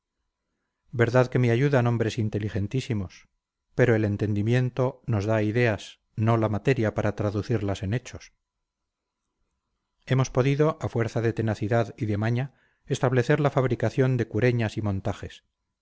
verdad que me ayudan hombres inteligentísimos pero el entendimiento nos da ideas no la materia para traducirlas en hechos hemos podido a fuerza de tenacidad y de maña establecer la fabricación de cureñas y montajes